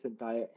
entire